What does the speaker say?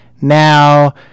Now